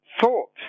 thought